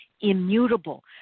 immutable